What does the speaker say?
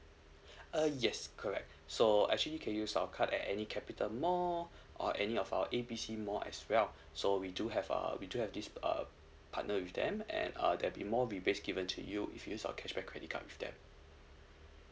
uh yes correct so actually can use our card at any capital mall or any of our A B C mall as well so we do have uh we do have this uh partner with them and uh there be more rebates given to you if you use our cashback credit card with them